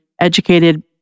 educated